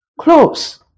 close